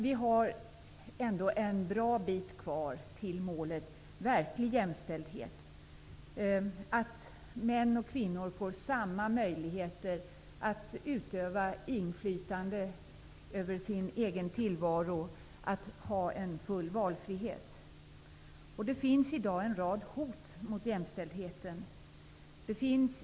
Vi har dock en bra bit kvar till målet verklig jämställdhet. Det gäller att män och kvinnor skall få samma möjligheter att utöva inflytande över sin egen tillvaro och ha full valfrihet. I dag finns det en rad hot mot jämställdheten.